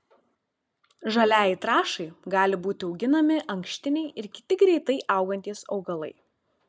žaliajai trąšai gali būti auginami ankštiniai ir kiti greitai augantys augalai